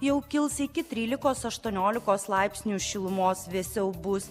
jau kils iki trylikos aštuoniolikos laipsnių šilumos vėsiau bus